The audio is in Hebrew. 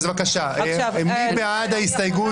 אז בבקשה, מי בעד ההסתייגות?